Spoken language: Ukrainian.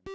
18:03:13 За-3